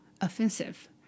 offensive